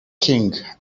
king